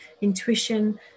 Intuition